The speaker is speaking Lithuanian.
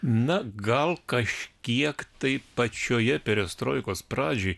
na gal kažkiek tai pačioje perestroikos pradžioj